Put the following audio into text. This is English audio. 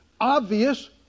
obvious